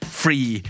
free